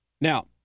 Now